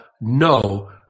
no